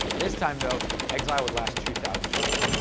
this time though the exile would last two thousand years.